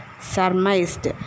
surmised